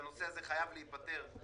שהנושא הזה חייב להיפתר.